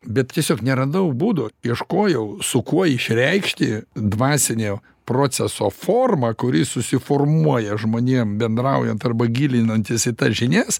bet tiesiog neradau būdo ieškojau su kuo išreikšti dvasinio proceso formą kuri susiformuoja žmonėm bendraujant arba gilinantis į tas žinias